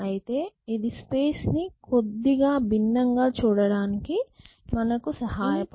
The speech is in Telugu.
అయితే ఇది స్పేస్ ని కొద్దిగా భిన్నంగా చూడటానికి మనకు సహాయపడుతుంది